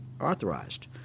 authorized